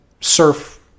surf